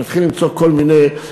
נתחיל למצוא כל מיני,